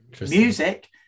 music